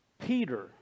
Peter